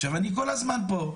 עכשיו, אני כל הזמן פה,